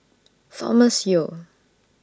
Thomas Yeo